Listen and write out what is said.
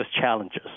challenges